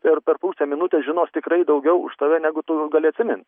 per per pusę minutės žinos tikrai daugiau už tave negu tu gali atsimin